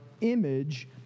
image